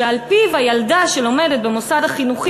שעל-פיו ילדה שלומדת במוסד החינוכי